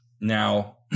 Now